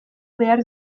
behar